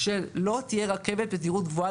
כשלא תהיה רכבת בתדירות גבוהה,